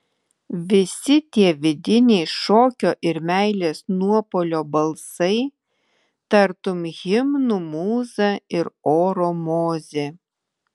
visi tie vidiniai šokio ir meilės nuopuolio balsai tartum himnų mūza ir oro mozė